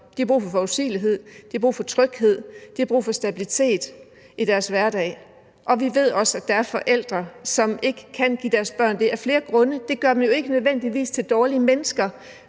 de har brug for tryghed, de har brug for stabilitet i deres hverdag, og vi ved også, at der er forældre, som ikke kan give deres børn det af flere grunde. Det gør dem jo ikke nødvendigvis til dårlige mennesker.